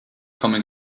coming